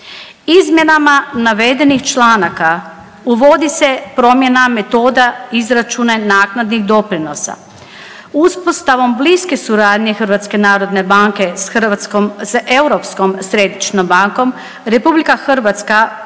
Izmjenama navedenih članaka uvodi se promjena metoda izračuna naknadi i doprinosa. Uspostavom bliske suradnje HNB-a s Hrvatskom, s Europskom središnjom bankom RH postala